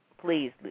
please